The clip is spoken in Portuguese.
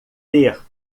ter